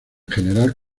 general